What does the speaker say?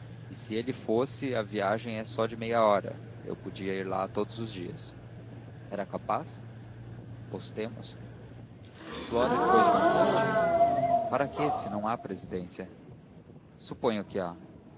e se ele fosse a viagem é só de meia hora eu podia ir lá todos os dias era capaz apostemos flora depois de um instante para quê se não há presidência suponha que há